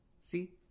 See